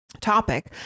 Topic